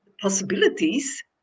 possibilities